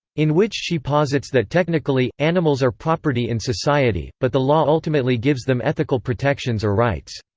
in which she posits that technically, animals are property in society, but the law ultimately gives them ethical protections or rights.